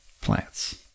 plants